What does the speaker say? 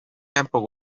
tempo